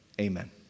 Amen